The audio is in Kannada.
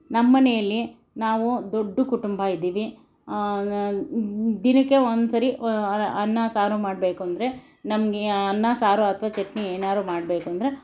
ನಮ್ಮನೇಲಿ ನಾವು ದೊಡ್ಡ ಕುಟುಂಬ ಇದ್ದೀವಿ ದಿನಕ್ಕೆ ಒಂದ್ಸರಿ ಅನ್ನ ಸಾರು ಮಾಡಬೇಕು ಅಂದರೆ ನಮಗೆ ಅನ್ನ ಸಾರು ಅಥವಾ ಚಟ್ನಿ ಏನಾದ್ರು ಮಾಡ್ಬೇಕೆಂದರೆ